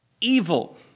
evil